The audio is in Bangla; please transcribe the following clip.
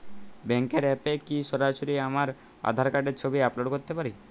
ব্যাংকের অ্যাপ এ কি সরাসরি আমার আঁধার কার্ডের ছবি আপলোড করতে পারি?